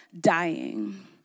dying